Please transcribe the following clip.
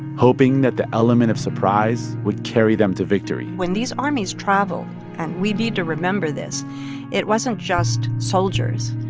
hoping that the element of surprise would carry them to victory when these armies travel and we need to remember this it wasn't just soldiers.